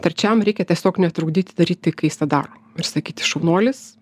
trečiam reikia tiesiog netrukdyti daryti kai jis tą daro ir sakyti šaunuolis